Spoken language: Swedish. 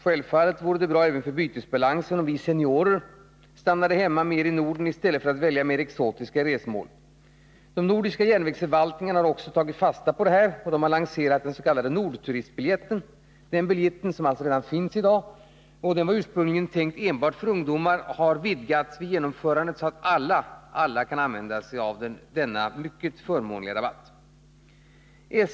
Självfallet vore det bra även för bytesbalansen om vi seniorer stannade hemma mer i Norden i stället för att välja mer exotiska resmål. De nordiska järnvägsförvaltningarna har också tagit fasta på detta och lanserat den s.k. Nordturistbiljetten. Denna biljett, som alltså redan finns i dag och som ursprungligen var tänkt enbart för ungdomar, har nämligen vidgats vid genomförandet, så att alla kan använda sig av den mycket förmånliga rabatten.